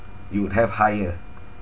you would have higher